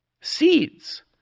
seeds